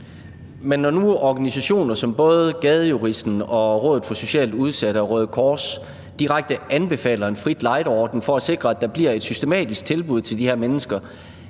nu organisationer som både Gadejuristen, Rådet for Socialt Udsatte og Røde Kors direkte anbefaler en frit lejde-ordning for at sikre, at der bliver et systematisk tilbud til de her mennesker,